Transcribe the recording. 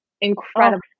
incredible